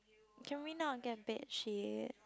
can we not get bedsheet